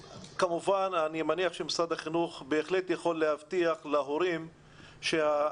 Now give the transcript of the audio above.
אני מניח שמשרד החינוך בהחלט יכול להבטיח להורים שמה